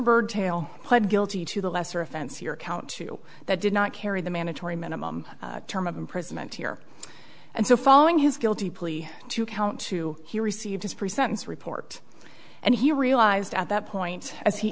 bird tail pled guilty to the lesser offense your count two that did not carry the mandatory minimum term of imprisonment here and so following his guilty plea to count two he received his pre sentence report and he realized at that point as he